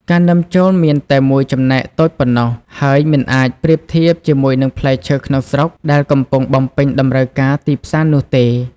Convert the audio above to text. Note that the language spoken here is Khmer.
ការនាំចូលមានតែមួយចំណែកតូចប៉ុណ្ណោះ ហើយមិនអាចប្រៀបធៀបជាមួយនឹងផ្លែឈើក្នុងស្រុកដែលកំពុងបំពេញតម្រូវការទីផ្សារនោះទេ។